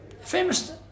Famous